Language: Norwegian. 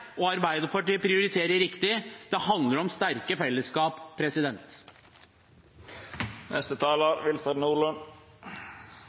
og Arbeiderpartiet prioriterer riktig. Det handler om sterke fellesskap. Det er magre rammer regjeringen foreslår å bevilge til fylkeskommunene neste